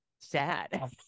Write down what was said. sad